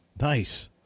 Nice